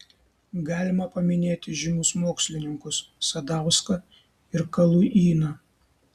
galima paminėti žymius mokslininkus sadauską ir kaluiną